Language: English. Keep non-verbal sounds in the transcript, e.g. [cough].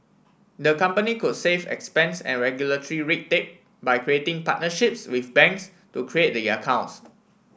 the company could save expense and [unintelligible] red tape by creating partnerships with banks to create the accounts